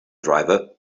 driver